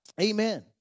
Amen